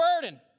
burden